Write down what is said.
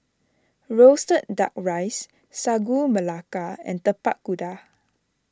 Roasted Duck Rice Sagu Melaka and Tapak Kuda